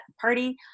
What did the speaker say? party